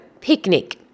picnic